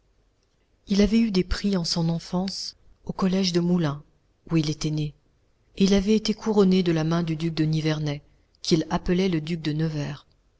il avait eu des prix en son enfance au collège de moulins où il était né et il avait été couronné de la main du duc de nivernais qu'il appelait le duc de nevers